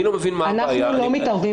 אני לא מבין מה הבעיה --- אנחנו לא מתערבים